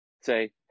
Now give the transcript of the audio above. say